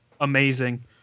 amazing